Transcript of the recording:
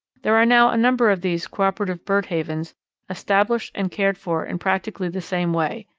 there are now a number of these cooperative bird havens established and cared for in practically the same way.